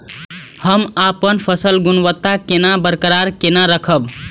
हम अपन फसल गुणवत्ता केना बरकरार केना राखब?